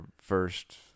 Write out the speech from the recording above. first